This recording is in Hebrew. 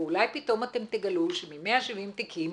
ואולי פתאום אתם תגלו שמ-170 תיקים,